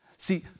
See